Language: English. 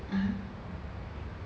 (uh huh)